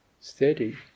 steady